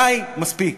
די, מספיק.